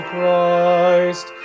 Christ